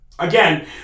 Again